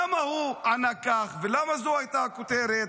למה הוא ענה כך ולמה זו הייתה הכותרת?